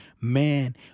Man